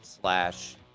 slash